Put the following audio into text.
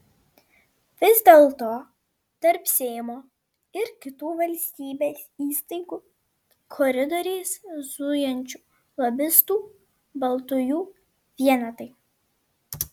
vis dėlto tarp seimo ir kitų valstybės įstaigų koridoriais zujančių lobistų baltųjų vienetai